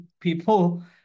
people